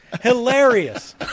Hilarious